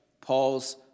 Paul's